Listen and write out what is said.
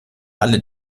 alle